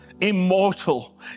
immortal